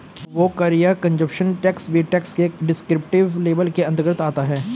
उपभोग कर या कंजप्शन टैक्स भी टैक्स के डिस्क्रिप्टिव लेबल के अंतर्गत आता है